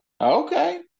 Okay